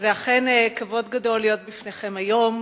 זה אכן כבוד גדול להיות בפניכם היום,